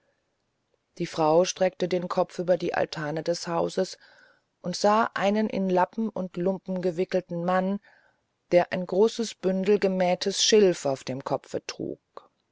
die frau streckte den kopf über die altane des hauses und sah einen in lappen und lumpen gewickelten mann der ein großes bündel gemähtes schilf auf dem kopfe trug